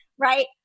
right